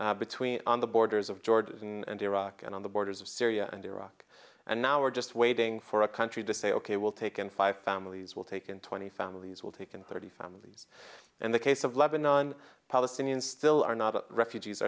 camps between on the borders of jordan and iraq and on the borders of syria and iraq and now we're just waiting for a country to say ok we'll take in five families will take in twenty families will take in thirty families and the case of lebanon palestinians still are not refugees